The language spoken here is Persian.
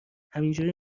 همینجوری